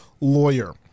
lawyer